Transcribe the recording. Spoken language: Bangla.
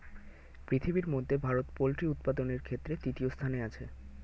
পৃথিবীর মধ্যে ভারত পোল্ট্রি উপাদানের ক্ষেত্রে তৃতীয় স্থানে আছে